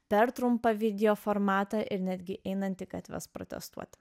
per trumpą video formatą ir netgi einanti gatves protestuoti